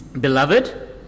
Beloved